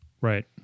Right